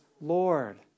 Lord